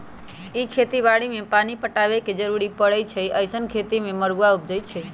इ खेती बाड़ी में पानी पटाबे के जरूरी न परै छइ अइसँन खेती में मरुआ उपजै छइ